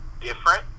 different